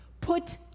Put